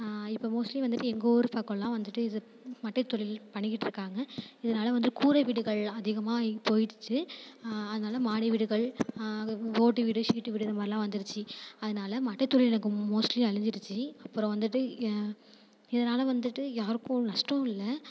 இப்போ மோஸ்ட்லீ வந்துட்டு எங்கள் ஊர் பக்கமெலாம் வந்துட்டு இது மட்டைத்தொழில் பண்ணிக்கிட்டுருக்காங்க இதனால வந்து கூரை வீடுகள்லாம் அதிகமாக ஆகி போயிடுச்சி அதனால மாடி வீடுகள் ஓட்டு வீடு ஷீட்டு வீடு இது மாதிரிலாம் வந்துருச்சி அதனால் மட்டைத்தொழிலுக்கு மோஸ்ட்லீ அழிஞ்சிடுச்சு அப்புறம் வந்துட்டு இதனால வந்துட்டு யாருக்கும் நஷ்டம் இல்லை